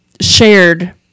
shared